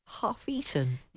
half-eaten